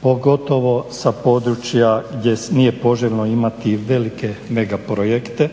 Pogotovo sa područja gdje nije poželjno imati velike mega projekte